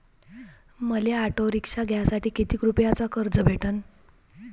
मले auto rickshaw घ्यासाठी कितीक रुपयाच कर्ज भेटनं?